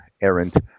errant